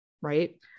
Right